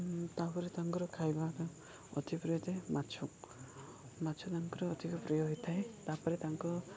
ତା'ପରେ ତାଙ୍କର ଖାଇବା ଅତିପ୍ରିୟ ଯେ ମାଛ ମାଛ ତାଙ୍କର ଅଧିକ ପ୍ରିୟ ହୋଇଥାଏ ତା'ପରେ ତାଙ୍କ